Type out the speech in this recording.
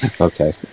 Okay